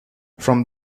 from